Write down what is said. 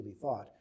thought